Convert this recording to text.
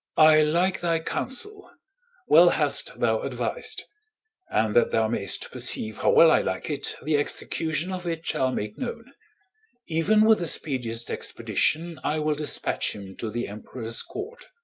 i like thy counsel well hast thou advis'd and that thou mayst perceive how well i like it, the execution of it shall make known even with the speediest expedition i will dispatch him to the emperor's court.